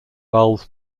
bulbs